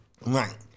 right